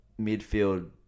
midfield